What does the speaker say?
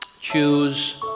choose